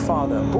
Father